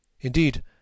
Indeed